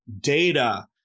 data